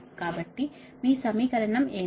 కాబట్టి మీ సమీకరణం ఏమిటి